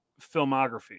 filmography